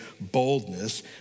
boldness